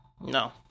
No